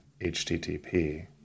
HTTP